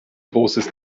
großes